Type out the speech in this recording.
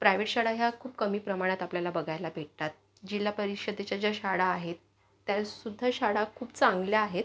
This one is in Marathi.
प्रायवेट शाळा ह्या खूप कमी प्रमाणात आपल्याला बघायला भेटतात जिल्हा परिषदेच्या ज्या शाळा आहेत त्यासुद्धा शाळा खूप चांगल्या आहेत